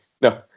No